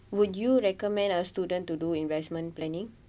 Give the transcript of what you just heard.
would you recommend a student to do investment planning